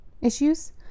issues